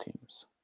teams